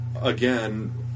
Again